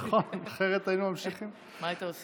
כן, ככה זה.